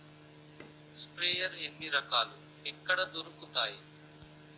Sprayer ఎన్ని రకాలు? ఎక్కడ దొరుకుతాయి?